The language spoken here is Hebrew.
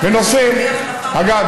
אגב,